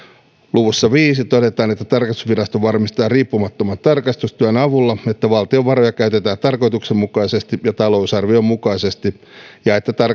luvussa viiteen todetaan että tarkastusvirasto varmistaa riippumattoman tarkastustyön avulla että valtion varoja käytetään tarkoituksenmukaisesti ja talousarvion mukaisesti ja että tarkastusvirasto toimii